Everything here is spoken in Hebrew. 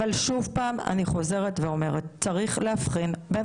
אבל שוב פעם אני חוזרת ואומרת צריך להבחין בין